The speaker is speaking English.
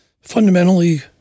fundamentally